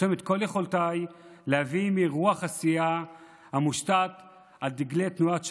ארתום את כל יכולותיי להביא מרוח הסיעה המושתתת על דגלי תנועת ש"ס,